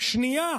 שנייה